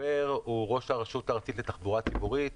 הדובר הוא ראש הרשות הארצית לתחבורה ציבורית.